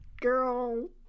girl